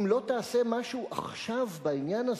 אם לא תעשה משהו עכשיו בעניין הזה,